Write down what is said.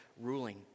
ruling